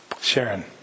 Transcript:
Sharon